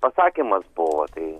pasakymas buvo tai